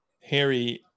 harry